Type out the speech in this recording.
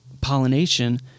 pollination